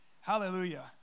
Hallelujah